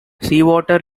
seawater